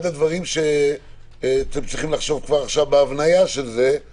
אחד הדברים עליהם אתם צריכים לחשוב על זה כבר עכשיו בהבניה של זה הוא